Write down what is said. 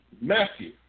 Matthew